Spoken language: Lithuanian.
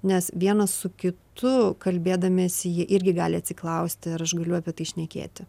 nes vienas su kitu kalbėdamiesi jie irgi gali atsiklausti ar aš galiu apie tai šnekėti